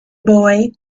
boy